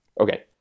Okay